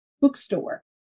bookstore